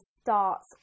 starts